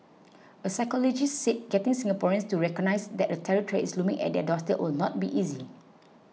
a psychologist said getting Singaporeans to recognise that a terror threat is looming at their doorstep will not be easy